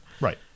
Right